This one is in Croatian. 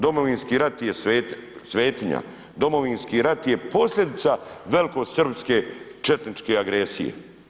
Domovinski rat je svetinja, Domovinski rat je posljedica velikosrpske četničke agresije.